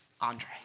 Andre